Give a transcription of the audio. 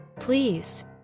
Please